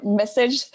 message